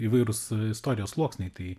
įvairūs istorijos sluoksniai tai